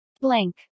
blank